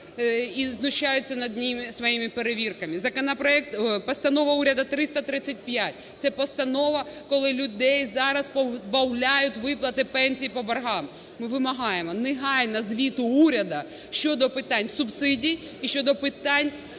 і знущаються над ними своїми перевірками. Постанова уряду 335 – це постанова, коли людей зараз позбавляють виплати пенсій по боргам. Ми вимагаємо негайно звіту уряду щодо питань субсидій і щодо питань,